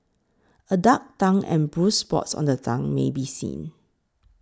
a dark tongue and bruised spots on the tongue may be seen